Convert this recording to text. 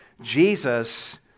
Jesus